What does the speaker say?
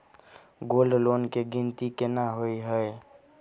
Gold loan केँ गिनती केना होइ हय?